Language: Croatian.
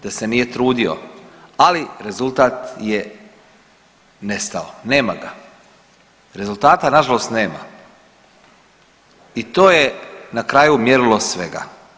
Da se nije trudio, ali rezultat je nestao, nema ga, rezultata nažalost nema i to je na kraju mjerilo svega.